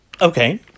Okay